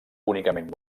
únicament